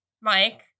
Mike